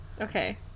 Okay